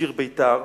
"שיר בית"ר".